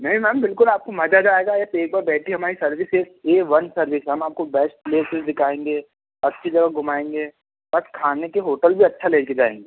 नहीं मैम बिल्कुल आपको मजा आएगा आप एक बार बैठिए हमारी सर्विस एक ए वन सर्विस है हम आपको बेस्ट प्लेसेस दिखाएंगे अच्छी जगह घुमाएंगे बस खाने के होटल भी अच्छा ले कर जाएंगे